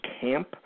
camp